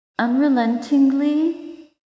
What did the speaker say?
Unrelentingly